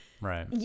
Right